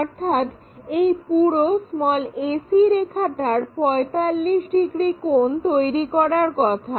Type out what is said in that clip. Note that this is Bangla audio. অর্থাৎ এই পুরো ac রেখাটার 45 ডিগ্রি কোণ তৈরি করার কথা